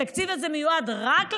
התקציב הזה מיועד רק לערבים,